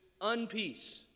unpeace